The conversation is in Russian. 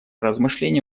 размышления